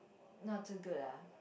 not too good ah